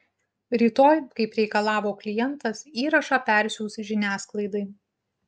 rytoj kaip reikalavo klientas įrašą persiųs žiniasklaidai